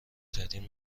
ترین